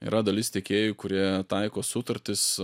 yra dalis tiekėjų kurie taiko sutartis